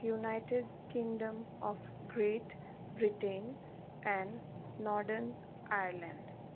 United Kingdom of Great Britain and northern Ireland